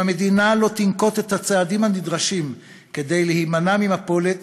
אם המדינה לא תנקוט את הצעדים הנדרשים כדי להימנע ממפולת,